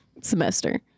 semester